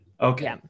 okay